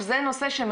אתה מכיר את הנושא?